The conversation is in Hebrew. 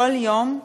כל יום,